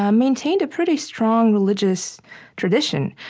um maintained a pretty strong religious tradition.